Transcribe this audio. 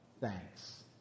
Thanks